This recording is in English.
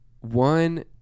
one